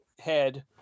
head